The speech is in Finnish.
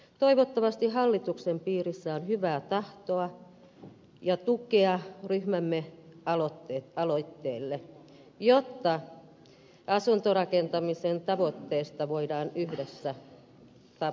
toivottavasti hallituksen piirissä on hyvää tahtoa ja tukea ryhmämme aloitteelle jotta asuntorakentamisen tavoite voidaan yhdessä saavuttaa